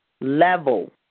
level